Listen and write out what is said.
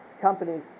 companies